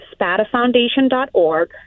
spatafoundation.org